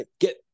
Get